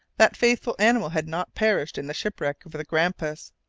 that faithful animal had not perished in the shipwreck of the grampus.